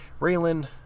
Raylan